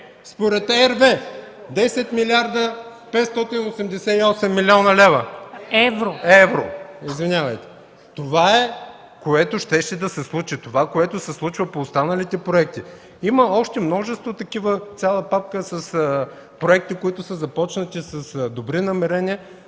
Според RWE – 10 млрд. 588 млн. евро! Това е, което щеше да се случи! Това, което се случва по останалите проекти! Има още множество такива – цяла папка с проекти, които са започнати с добри намерения,